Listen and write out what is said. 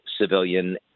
civilian